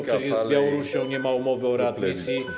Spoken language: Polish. Przecież z Białorusią nie ma umowy o readmisji.